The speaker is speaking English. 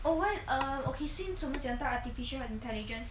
over err okay since 我们讲到 artificial intelligence